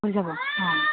হৈ যাব অঁ